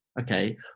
okay